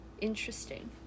Interesting